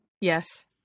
Yes